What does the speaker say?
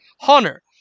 Hunter